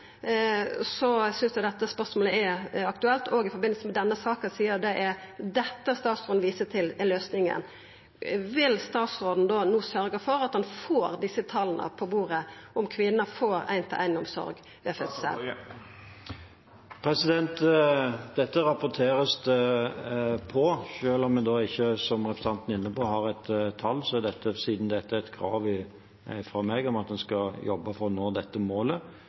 dette spørsmålet er aktuelt òg i samband med denne saka, sidan det er dette statsråden viser til er løysinga. Vil statsråden no sørgja for at han får desse tala på bordet, om kvinner får ein-til-ein-omsorg ved fødsel? Dette rapporteres det på, selv om en, som representanten er inne på, ikke har et tall. Siden dette er et krav fra meg, at en skal jobbe for å nå dette målet,